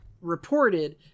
reported